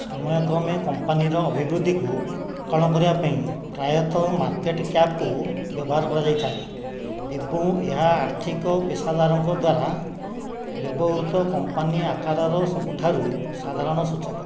ସମୟକ୍ରମେ କମ୍ପାନୀର ଅଭିବୃଦ୍ଧିକୁ ଆକଳନ କରିବାପାଇଁ ପ୍ରାୟତଃ ମାର୍କେଟ କ୍ୟାପ୍କୁ ବ୍ୟବହାର କରାଯାଇଥାଏ ଏବଂ ଏହା ଆର୍ଥିକ ପେଷାଦାରଙ୍କ ଦ୍ୱାରା ବ୍ୟବହୃତ କମ୍ପାନୀ ଆକାରର ସବୁଠାରୁ ସାଧାରଣ ସୂଚକ